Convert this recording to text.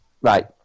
Right